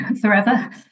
forever